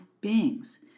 beings